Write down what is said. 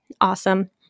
Awesome